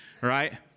right